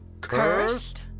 Cursed